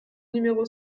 numéro